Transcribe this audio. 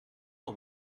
are